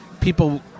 people